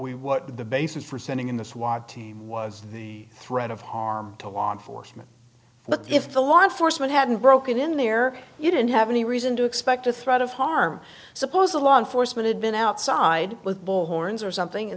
we what the basis for sending in the swat team was the threat of harm to law enforcement but if the law enforcement hadn't broken in there you didn't have any reason to expect a threat of harm suppose a law enforcement had been outside with bullhorns or something and